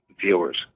viewers